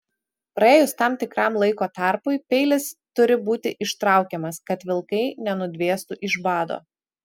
praėjus tam tikram laiko tarpui peilis turi būti ištraukiamas kad vilkai nenudvėstų iš bado